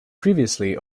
previously